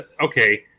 okay